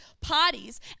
parties